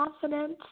confidence